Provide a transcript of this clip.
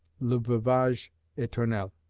le veuvage eternel.